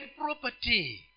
property